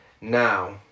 Now